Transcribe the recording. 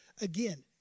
again